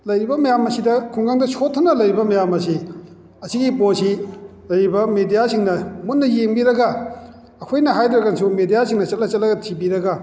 ꯂꯩꯔꯤꯕ ꯃꯌꯥꯝ ꯑꯁꯤꯗ ꯈꯨꯡꯒꯪꯗ ꯁꯣꯠꯊꯅ ꯂꯩꯔꯤꯕ ꯃꯌꯥꯝ ꯑꯁꯤ ꯑꯁꯤꯒꯤ ꯄꯣꯠꯁꯤ ꯂꯩꯔꯤꯕ ꯃꯦꯗꯤꯌꯥꯁꯤꯡꯅ ꯃꯨꯟꯅ ꯌꯦꯡꯕꯤꯔꯒ ꯑꯩꯈꯣꯏꯅ ꯍꯥꯏꯗ꯭ꯔꯒꯁꯨ ꯃꯦꯗꯤꯌꯥꯁꯤꯡꯅ ꯆꯠꯂ ꯆꯠꯂꯒ ꯊꯤꯕꯤꯔꯒ